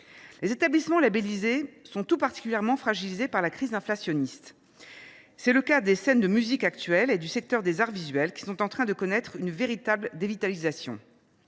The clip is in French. Les établissements labellisés sont tout particulièrement fragilisés par la crise inflationniste. C’est le cas des scènes de musiques actuelles et du secteur des arts visuels, qui sont en train de connaître une véritable dévitalisation.